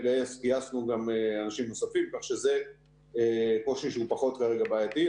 גייסנו גם אנשים נוספים כך שזה קושי שהוא פחות כרגע בעייתי.